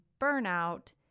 burnout